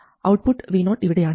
output VO ഇവിടെയാണ്